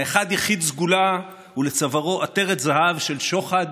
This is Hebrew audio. האחד יחיד סגולה ולצווארו עטרת זהב של שוחד,